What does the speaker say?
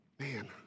Man